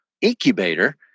incubator